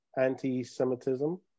anti-Semitism